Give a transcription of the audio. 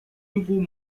nouveau